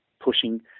pushing